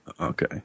Okay